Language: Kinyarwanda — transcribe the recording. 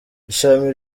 ishami